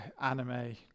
anime